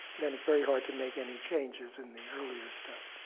then it's very hard to make any changes in the earlier stuff.